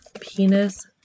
penis